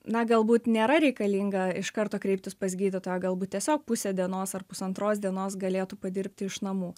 na galbūt nėra reikalinga iš karto kreiptis pas gydytoją galbūt tiesiog pusė dienos ar pusantros dienos galėtų padirbti iš namų